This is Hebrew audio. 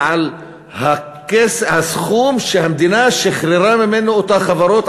על הסכום שהמדינה שחררה ממנו את החברות,